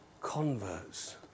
converts